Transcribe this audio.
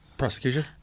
Prosecution